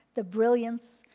the brilliance,